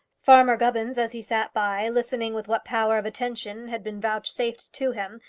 farmer gubbins as he sat by, listening with what power of attention had been vouchsafed to him,